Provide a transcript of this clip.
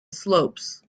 slopes